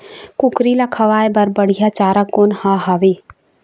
कुकरी ला खवाए बर बढीया चारा कोन हर हावे?